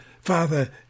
Father